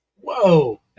Whoa